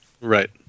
Right